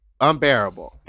Unbearable